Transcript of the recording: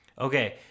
Okay